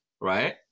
right